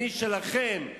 אני שלכם.